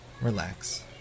relax